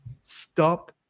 Stop